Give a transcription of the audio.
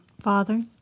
Father